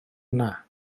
yna